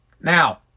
Now